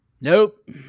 Nope